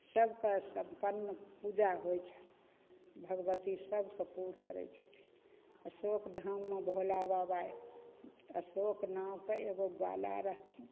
सभके सम्पन्न पूजा होइ छनि भगवती सभके पूर करै छथिन अशोक धाममे भोला बाबा अशोक नामके एगो ग्वाला रहथिन